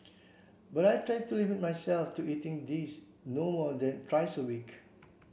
but I try to limit myself to eating these no more than thrice a week